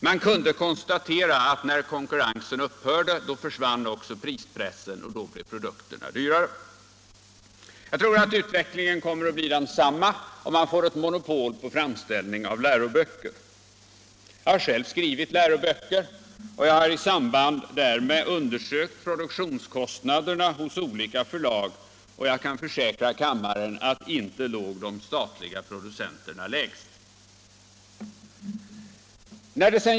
Man kunde konstatera att när konkurrensen upphörde försvann också prispressen, och då blev produkterna dyrare. Jag tror att utvecklingen kommer att bli densamma om man får ett monopol på framställning av läroböcker. Jag har själv skrivit läroböcker, och jag har i samband därmed undersökt produktionskostnaderna hos olika förlag. Jag kan försäkra kammaren att inte låg de statliga producenterna lägst.